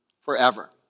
forever